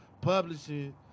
publishing